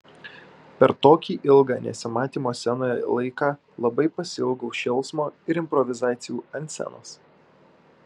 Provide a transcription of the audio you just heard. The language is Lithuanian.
per tokį ilgą nesimatymo scenoje laiką labai pasiilgau šėlsmo ir improvizacijų ant scenos